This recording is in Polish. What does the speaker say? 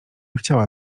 chciała